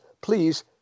please